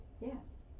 Yes